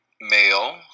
male